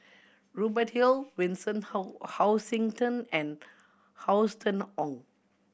Rubert Hill Vincent Hoisington and Austen Ong